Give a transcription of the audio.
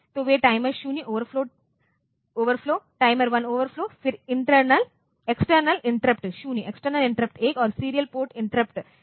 तो वे timer 0 overflow timer 1 overflow फिर एक्सटर्नल इंटरप्ट 0 एक्सटर्नल इंटरप्ट 1 और सीरियल पोर्ट इंटरप्ट हैं